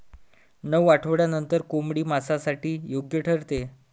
नऊ आठवड्यांनंतर कोंबडी मांसासाठी योग्य ठरते